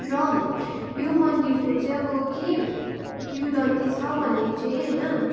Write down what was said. र यो मन्दिरको चाहिँ अब के किंवदन्ती छ भने चाहिँ होइन